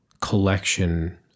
collection